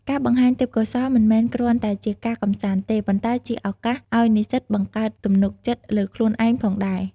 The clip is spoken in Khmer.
ការបង្ហាញទេពកោសល្យមិនមែនគ្រាន់តែជាការកំសាន្តទេ ប៉ុន្តែជាឱកាសឲ្យនិស្សិតបង្កើតទំនុកចិត្តលើខ្លួនឯងផងដែរ។